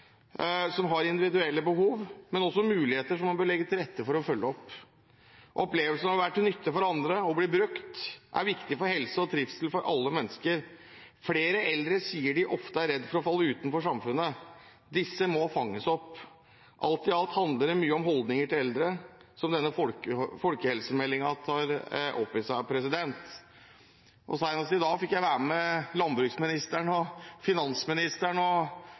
som har individuelle behov, men de har også muligheter som man bør legge til rette for å følge opp. Opplevelsen av å være til nytte for andre og bli brukt er viktig for helse og trivsel for alle mennesker. Flere eldre sier de ofte er redde for å falle utenfor samfunnet. Disse må fanges opp. Alt i alt handler det mye om holdninger til eldre, som denne folkehelsemeldingen tar opp i seg. Senest i dag fikk jeg være med landbruksministeren og finansministeren og